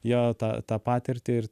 jo tą tą patirtį ir